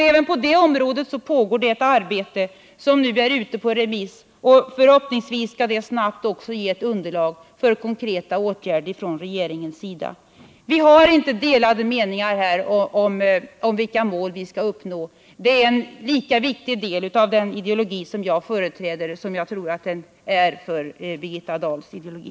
Även på det området pågår ett utredningsarbete. Materialet är nu ute på remiss, och förhoppningsvis kommer regeringen därigenom ganska snabbt att få ett underlag för konkreta åtgärder. Vi har inte delade meningar om vilka mål vi skall uppnå. De här frågorna är en lika viktig del i den ideologi jag företräder som jag förmodar att de är i Birgitta Dahls ideologi.